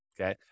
okay